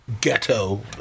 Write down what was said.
Ghetto